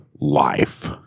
life